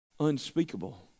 unspeakable